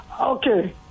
Okay